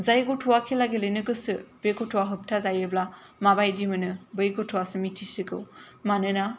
जाय गथ'आ खेला गेलेनो गोसो बे गथ'आ होबथा जायोब्ला माबायदि मोनो बै गथ'आसो मिथिसिगौ मानोना